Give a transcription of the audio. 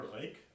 Lake